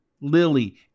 Lily